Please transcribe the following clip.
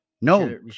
No